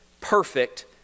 perfect